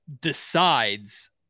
decides